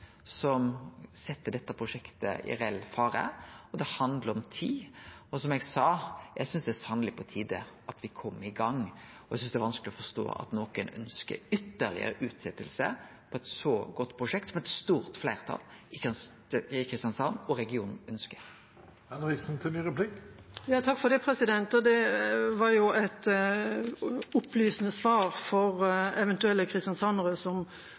som set dette prosjektet i reell fare. Det handlar om tid, og, som eg sa, eg synest sanneleg det er på tide at me kjem i gang. Eg synest det er vanskeleg å forstå at nokon ønskjer ei ytterlegare utsetjing av eit så godt prosjekt, som eit stort fleirtal i Kristiansand og regionen ønskjer. Det var jo et opplysende svar for eventuelle kristiansandere som lytter til denne debatten – å høre at det